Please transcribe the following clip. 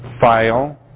file